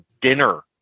dinner